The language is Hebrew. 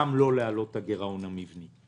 גם לא להעלות את הגירעון המבני.